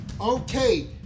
Okay